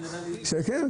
אדוני היושב-ראש,